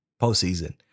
postseason